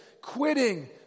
Quitting